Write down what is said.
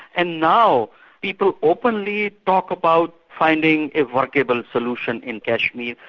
and now people openly talk about finding a workable solution in kashmir.